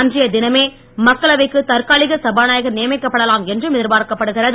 அன்றைய தினமே மக்களவைக்கு தற்காலிக சபாநாயகர் நியமிக்கப்படலாம் என்று எதிர்ப்பார்க்கப்படுகிறது